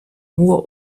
hohe